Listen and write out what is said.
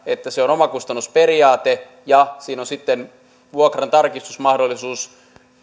että se on omakustannusperiaate ja siinä on sitten vuokran tarkistusmahdollisuus